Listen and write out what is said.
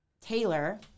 Taylor